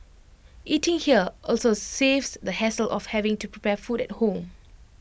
eating here also saves the hassle of having to prepare food at home